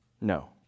No